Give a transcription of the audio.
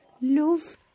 Love